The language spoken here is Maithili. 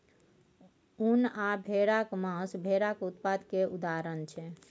उन आ भेराक मासु भेराक उत्पाद केर उदाहरण छै